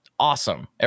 awesome